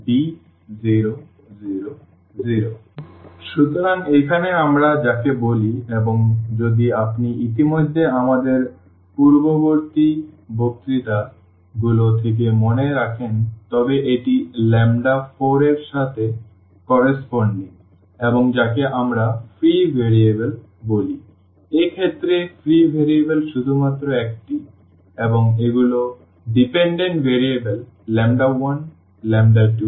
b0 0 0 সুতরাং এখানে আমরা যাকে বলি এবং যদি আপনি ইতিমধ্যে আমাদের পূর্ববর্তী বক্তৃতা গুলো থেকে মনে রাখেন তবে এটি 4 এর সাথে সামঞ্জস্যপূর্ণ এবং যাকে আমরা ফ্রি ভেরিয়েবল বলি এই ক্ষেত্রে ফ্রি ভেরিয়েবল শুধুমাত্র একটি এবং এগুলো ডিপেন্ডেন্ট ভেরিয়েবল 1 2 3 4